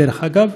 דרך אגב?